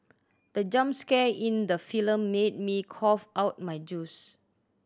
the jump scare in the film made me cough out my juice